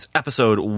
episode